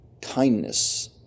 kindness